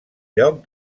lloc